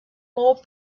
more